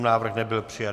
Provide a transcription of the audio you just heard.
Návrh nebyl přijat.